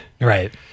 Right